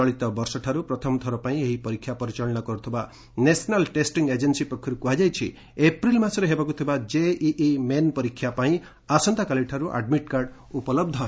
ଚଳିତବର୍ଷଠାରୁ ପ୍ରଥମଥର ପାଇଁ ଏହି ପରୀକ୍ଷା ପରିଚାଳନା କରୁଥିବା ନ୍ୟାସନାଲ୍ ଟେଷ୍ଟିଂ ଏଜେନ୍ଦୀ ପକ୍ଷରୁ କୁହାଯାଇଛି ଏପ୍ରିଲ ମାସରେ ହେବାକୁ ଥିବା ଜେଇଇ ମେନ୍ ପରୀକ୍ଷା ପାଇଁ ଆସନ୍ତାକାଲିଠାରୁ ଆଡ୍ମିଟ୍କାର୍ଡ ଉପଲହ୍ସ ହେବ